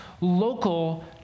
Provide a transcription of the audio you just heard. local